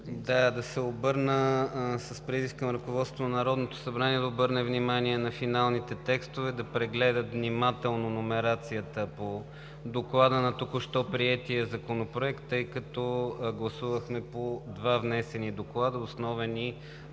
да се обърна с призив към ръководството на Народното събрание да обърне внимание на „Финални текстове“ да прегледат внимателно номерацията по Доклада на току-що приетия Законопроект, тъй като гласувахме по два внесени доклада – основен и